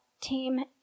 team